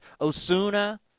Osuna